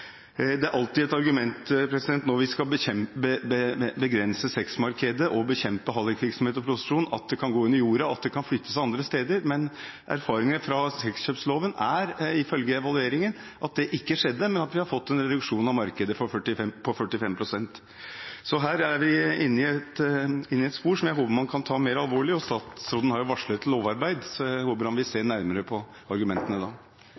Det er alltid et argument når vi skal begrense sexmarkedet og bekjempe hallikvirksomhet og prostitusjon, at det kan gå under jorden, og at det kan flyttes andre steder, men erfaringen fra sexkjøpsloven er, ifølge evalueringen, at det som skjedde, var at vi fikk en reduksjon av markedet på 45 pst. Så her er vi inne i et spor som jeg håper man kan ta mer alvorlig, og statsråden har jo varslet et lovarbeid, så jeg håper han vil se nærmere på argumentene da.